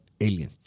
alien